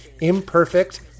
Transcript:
Imperfect